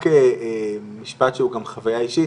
רק משפט שהוא גם חוויה אישית,